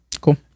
Cool